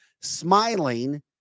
smiling